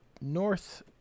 North